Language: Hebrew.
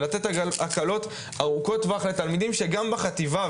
ולתת הקלות ארוכות טווח לתלמידים שגם בחטיבה,